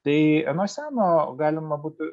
tai nuo seno galima būtų